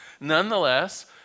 nonetheless